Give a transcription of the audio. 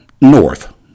north